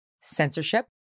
censorship